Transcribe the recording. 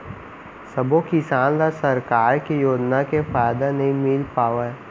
सबो किसान ल सरकार के योजना के फायदा नइ मिल पावय